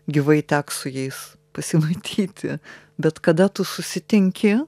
gyvai teks su jais pasimatyti bet kada tu susitinki